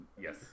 Yes